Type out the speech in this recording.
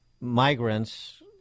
migrants